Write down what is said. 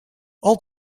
all